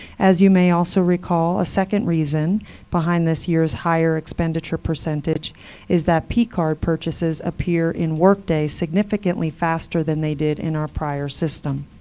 as you may also recall, a second reason behind this year's higher expenditure percentage is that p-card purchases appear in workday significantly faster than they did in our prior system.